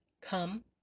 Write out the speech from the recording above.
Come